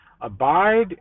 Abide